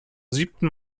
siebten